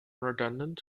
redundant